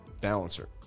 Balancer